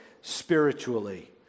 spiritually